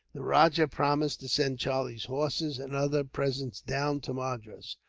the rajah promised to send charlie's horses and other presents down to madras,